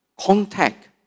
contact